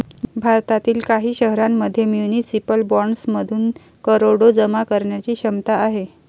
भारतातील काही शहरांमध्ये म्युनिसिपल बॉण्ड्समधून करोडो जमा करण्याची क्षमता आहे